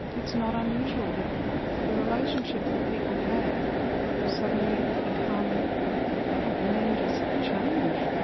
it's not unusual that the relationships that people had suddenly become the men just change,